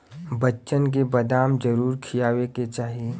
बच्चन के बदाम जरूर खियावे के चाही